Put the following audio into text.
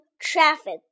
traffic